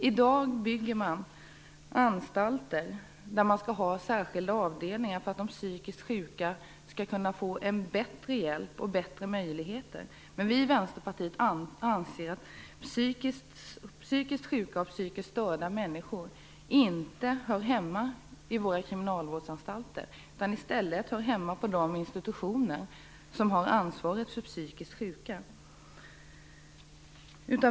I dag byggs anstalter med särskilda avdelningar för att de psykiskt sjuka skall kunna få bättre hjälp och bättre möjligheter. Men vi i Vänsterpartiet anser att psykiskt sjuka och psykiskt störda människor inte hör hemma på kriminalvårdsanstalterna utan i stället på de institutioner som har ansvaret för de psykiskt sjuka.